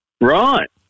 Right